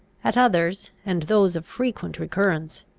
at others, and those of frequent recurrence,